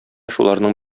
шуларның